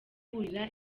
kurira